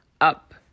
up